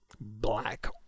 black